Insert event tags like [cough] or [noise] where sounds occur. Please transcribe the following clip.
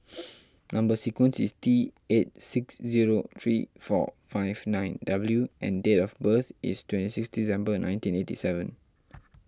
[noise] Number Sequence is T eight six zero three four five nine W and date of birth is twenty six December nineteen eighty seven